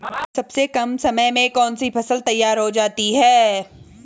सबसे कम समय में कौन सी फसल तैयार हो जाती है?